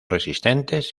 resistentes